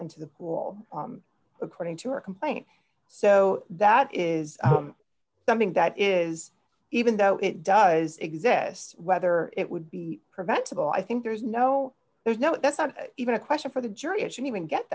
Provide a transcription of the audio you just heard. into the pool according to our complaint so that is something that is even though it does exist whether it would be preventable i think there's no there's no that's not even a question for the jury if you even get